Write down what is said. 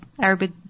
Arabic